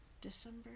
December